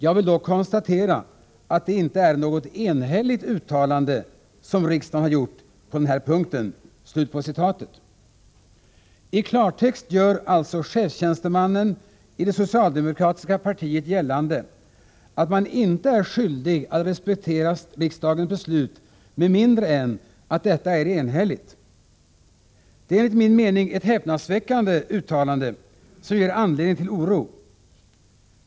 Jag vill då konstatera att det inte är något enhälligt uttalande som riksdagen har gjort på den här punkten.” I klartext gör alltså cheftjänstemannen i det socialdemokratiska partiet gällande att man inte är skyldig att respektera riksdagens beslut med mindre än att detta är enhälligt. Det är enligt min mening ett häpnadsväckande uttalande som ger anledning till oro.